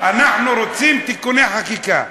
אנחנו רוצים תיקוני חקיקה.